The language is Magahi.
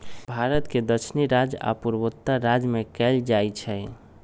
भारत के दक्षिणी राज्य आ पूर्वोत्तर राज्य में कएल जाइ छइ